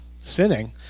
sinning